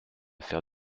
faire